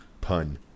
pun